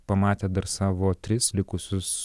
pamatė dar savo tris likusius